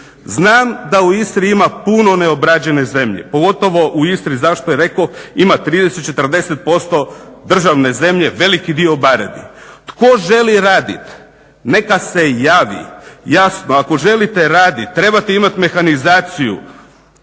Znam da u Istri ima puno neobrađene zemlje, pogotovo u Istri, zašto je rekoh ima 30, 40% državne zemlje, veliki dio. Tko želi raditi neka se javi. Jasno, ako želite raditi trebate imati mehanizaciju,